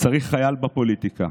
צריך חייל בפוליטיקה.